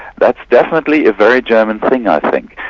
that's definitely a very german thing i think.